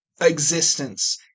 existence